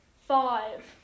five